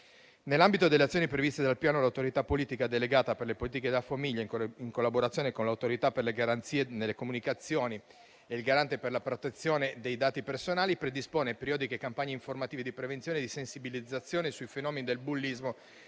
Nell'ambito delle azioni previste dal piano, l'Autorità politica delegata per le politiche della famiglia, in collaborazione con l'Autorità per le garanzie nelle comunicazioni e il Garante per la protezione dei dati personali, predispone periodiche campagne informative di prevenzione e di sensibilizzazione sui fenomeni del bullismo